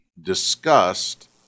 discussed